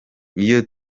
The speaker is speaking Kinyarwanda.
iyo